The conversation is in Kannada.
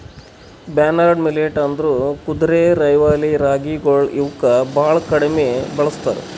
ಬಾರ್ನ್ಯಾರ್ಡ್ ಮಿಲ್ಲೇಟ್ ಅಂದುರ್ ಕುದುರೆರೈವಲಿ ರಾಗಿಗೊಳ್ ಇವುಕ್ ಭಾಳ ಕಡಿಮಿ ಬೆಳುಸ್ತಾರ್